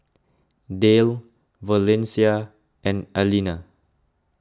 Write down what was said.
Dayle Valencia and Alena